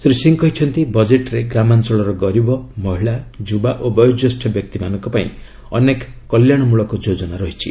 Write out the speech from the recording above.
ଶ୍ରୀ ସିଂହ କହିଛନ୍ତି ବଜେଟ୍ରେ ଗ୍ରାମାଞ୍ଚଳର ଗରିବ ମହିଳା ଯୁବା ଓ ବୟୋଜ୍ୟେଷ୍ଠ ବ୍ୟକ୍ତିମାନଙ୍କ ପାଇଁ ଅନେକ କଲ୍ୟାଣ ମୂଳକ ଯୋଚ୍ଚନା ରହିଛି